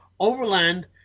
overland